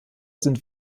sind